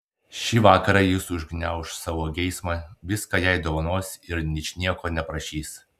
šį vakarą jis užgniauš savo geismą viską jai dovanos ir ničnieko neprašys